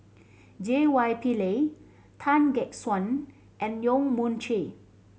J Y Pillay Tan Gek Suan and Yong Mun Chee